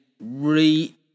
re